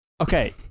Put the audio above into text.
Okay